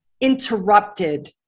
interrupted